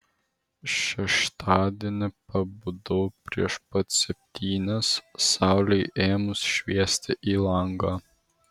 šeštadienį pabudau prieš pat septynias saulei ėmus šviesti į langą